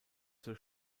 zur